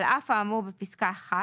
(2) על אף האמור בפסקה (1),